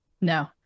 No